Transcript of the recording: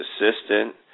assistant